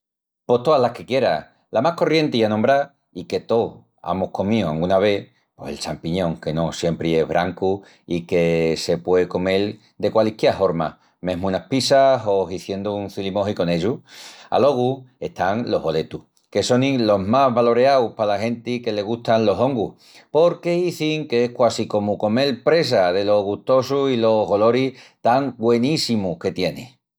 Pos toas las que quieras. La más corrienti i anombrá, i que tous amus comíu anguna vés, pos el champiñón que no siempri es brancu i que se puei comel de qualisquiá horma, mesmu enas pizzas o hiziendu un cilimoji con ellus. Alogu están los boletus, que sonin los más valoreaus pala genti que le gustan los hongus porque izin que es quasi comu comel presa delo gustosu i los goloris tan güeníssimus que tieni...